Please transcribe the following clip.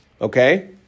Okay